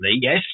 yes